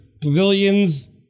Pavilions